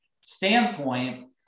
standpoint